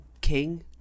king